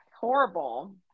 Horrible